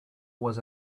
was